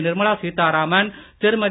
Nirmala Sitharaman Thirumathi